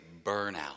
burnout